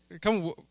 come